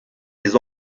des